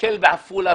להתנכלות בעפולה,